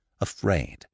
afraid